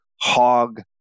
hog